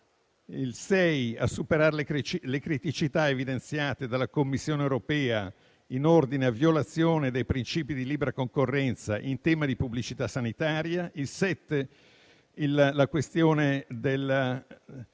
mira a superare le criticità evidenziate dalla Commissione europea in ordine alla violazione dei principi di libera concorrenza in tema di pubblicità sanitaria. L'articolo